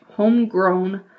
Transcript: Homegrown